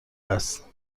است